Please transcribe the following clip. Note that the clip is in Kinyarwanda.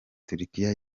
turkia